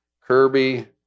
Kirby